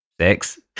Six